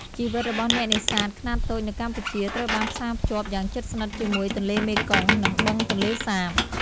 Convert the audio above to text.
ជីវិតរបស់អ្នកនេសាទខ្នាតតូចនៅកម្ពុជាត្រូវបានផ្សារភ្ជាប់យ៉ាងជិតស្និទ្ធជាមួយ ទន្លេមេគង្គ និង បឹងទន្លេសាប។